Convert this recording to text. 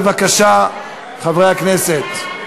הצעת חוק מיסוי מקרקעין (תיקון